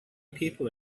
people